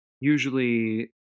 Usually